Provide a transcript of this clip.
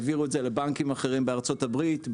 העבירו את זה לבנקים אחרים בארצות הברית,